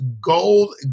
gold